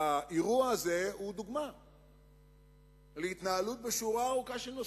האירוע הזה הוא דוגמה להתנהלות בשורה ארוכה של נושאים.